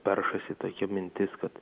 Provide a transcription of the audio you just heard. peršasi tokia mintis kad